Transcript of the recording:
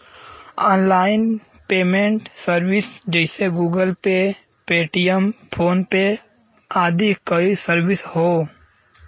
online payment service जइसे Google Pay, Paytm, PhonePe आदि कई सर्विस हौ